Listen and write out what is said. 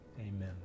Amen